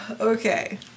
Okay